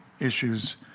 issues